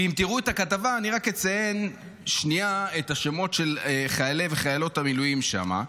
ואם תראו את הכתבה אני רק אציין את השמות של חיילי וחיילות המילואים שם: